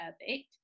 perfect